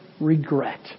regret